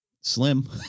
slim